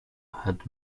had